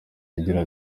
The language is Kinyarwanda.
agira